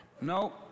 No